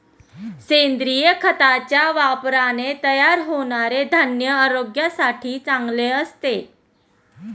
सेंद्रिय खताच्या वापराने तयार होणारे धान्य आरोग्यासाठी चांगले असते